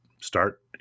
start